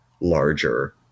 larger